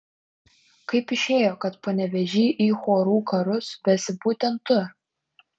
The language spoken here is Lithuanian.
kaip išėjo kad panevėžį į chorų karus vesi būtent tu